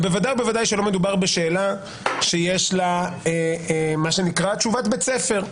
בוודאי שלא מדובר בשאלה שיש לה מה שנקרא תשובת בית ספר.